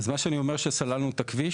אני אומר שסללנו את הכביש,